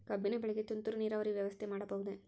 ಕಬ್ಬಿನ ಬೆಳೆಗೆ ತುಂತುರು ನೇರಾವರಿ ವ್ಯವಸ್ಥೆ ಮಾಡಬಹುದೇ?